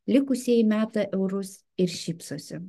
likusieji meta eurus ir šypsosi